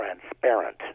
transparent